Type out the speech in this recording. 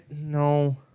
No